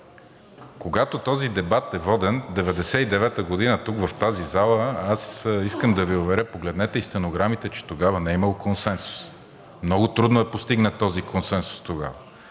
Когато този дебат е воден 1999 г. тук, в тази зала, аз искам да Ви уверя, погледнете и стенограмите, че тогава не е имало консенсус. Много трудно е постигнат този консенсус тогава,